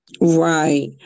Right